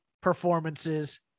performances